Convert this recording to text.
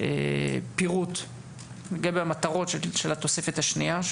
יציג פירוט לגבי מטרות התוספת השנייה,